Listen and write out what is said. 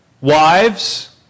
Wives